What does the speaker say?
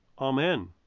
amen